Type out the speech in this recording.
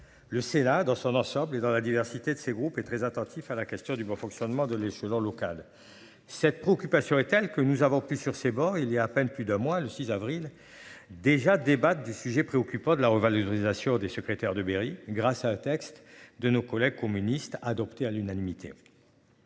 le Sénat dans son ensemble et dans la diversité de ces groupes est très attentif à la question du bon fonctionnement de l'échelon local. Cette préoccupation est telle que nous avons pu sur ces morts il y a à peine plus d'un mois, le 6 avril déjà débattent du sujet préoccupant de la revalorisation des secrétaires de mairie grâce à un texte de nos collègues communistes adopté à l'unanimité.